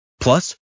Plus